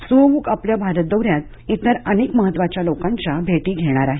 सुह व्रक हे आपल्या भारत दौऱ्यात तिर अनेक महत्वाच्या लोकांच्या भेटी घेणार आहेत